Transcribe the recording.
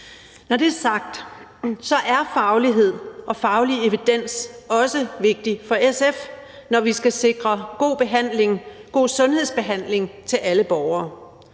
Når det er sagt, er faglighed og faglig evidens også vigtigt for SF, når vi skal sikre god behandling, god sundhedsbehandling til alle borgere.